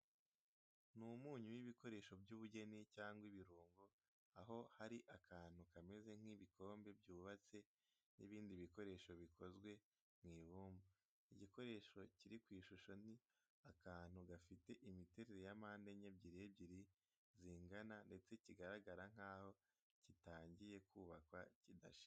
Ni umunyu w'ibikoresho by'ubugeni cyangwa ibirungo, aho hari akantu kameze nk'ibikombe byubatse n'ibindi bikoresho bikozwe mu ibumba. Igikoresho kiri ku ishusho ni akantu gafite imiterere ya mpande enye, ebyiri ebyiri zingana ndetse kigaragara nk'aho kitangiye kubakwa kidashize.